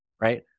right